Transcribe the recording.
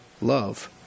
love